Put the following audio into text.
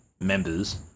members